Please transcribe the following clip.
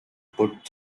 put